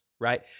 right